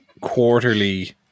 quarterly